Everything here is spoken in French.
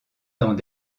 dans